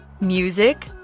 music